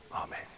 Amen